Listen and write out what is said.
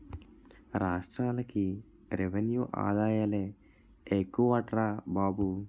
రాష్ట్రాలకి రెవెన్యూ ఆదాయాలే ఎక్కువట్రా బాబు